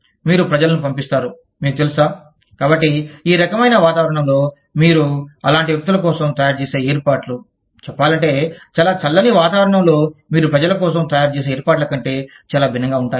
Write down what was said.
కాబట్టి మీరు ప్రజలను పంపిస్తారు మీకు తెలుసా కాబట్టి ఈ రకమైన వాతావరణంలో మీరు అలాంటి వ్యక్తుల కోసం తయారుచేసే ఏర్పాట్లు చెప్పాలంటే చాలా చల్లని వాతావరణం లో మీరు ప్రజల కోసం తయారుచేసే ఏర్పాట్ల కంటే చాలా భిన్నంగా ఉంటాయి